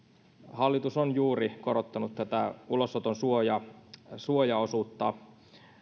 hallitus on juuri korottanut tätä ulosoton suojaosuutta